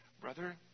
brother